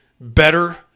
better